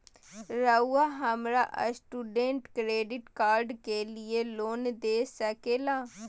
रहुआ हमरा student credit card के लिए लोन दे सके ला?